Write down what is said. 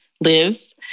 lives